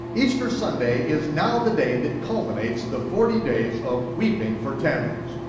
easter sunday is now the day that culminates the forty days of weeping for tammuz.